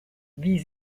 wie